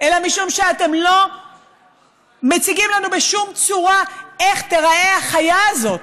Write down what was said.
אלא משום שאתם לא מציגים לנו בשום צורה איך תיראה החיה הזאת.